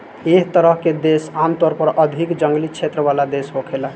एह तरह के देश आमतौर पर अधिक जंगली क्षेत्र वाला देश होखेला